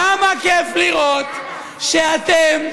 כמה כיף לראות שאתם,